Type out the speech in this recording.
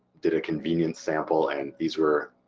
did a convenience sample and these were